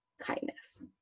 kindness